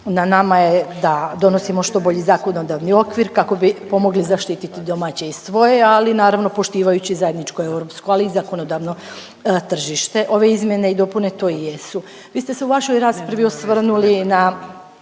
Na nama je da donosimo što bolji zakonodavni okvir kako bi pomogli zaštiti domaće i svoje, ali naravno i poštivajući zajedničko europsko, ali i zakonodavno tržište. Ove izmjene i dopune to i jesu.